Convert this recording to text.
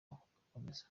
bugakomeza